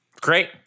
Great